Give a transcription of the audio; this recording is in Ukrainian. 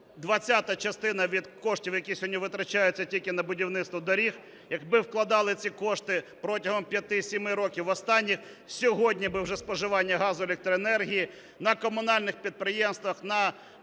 двадцята частина від коштів, які сьогодні витрачаються тільки на будівництво доріг, якби вкладали ці кошти протягом 5-7 років останніх, сьогодні би вже споживання газу, електроенергії на комунальних підприємствах, на